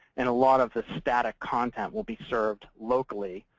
and a lot of the static content will be served locally,